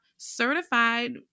certified